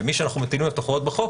ומי שאנחנו מטילים עליו הוראות בחוק